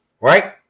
right